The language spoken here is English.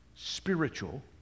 spiritual